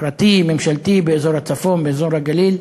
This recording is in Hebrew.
פרטי, ממשלתי, באזור הצפון, באזור הגליל.